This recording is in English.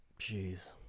Jeez